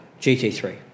GT3